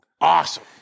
awesome